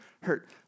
hurt